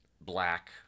black